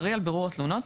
לאחראי על בירור תלונות,